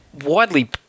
widely